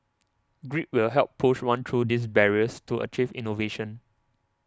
grit will help push one through these barriers to achieve innovation